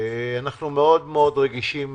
אנו מאוד-מאוד רגישים